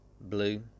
Blue